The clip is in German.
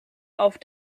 auf